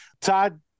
Todd